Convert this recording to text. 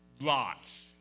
Lots